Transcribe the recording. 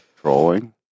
Trolling